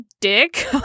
dick